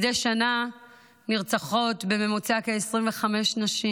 מדי שנה נרצחות בממוצע כ-25 נשים.